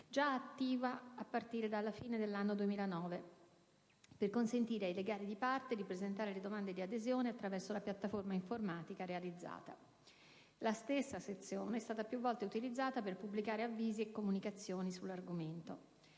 già attiva a partire dalla fine dell'anno 2009, per consentire ai legali di parte di presentare le domande di adesione attraverso la piattaforma informatica realizzata. La stessa sezione è stata più volte utilizzata per pubblicare avvisi e comunicazioni sull'argomento.